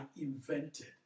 invented